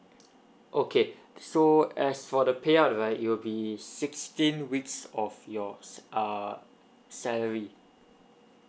okay so as for the payout right you'll be sixteen weeks of yours uh salary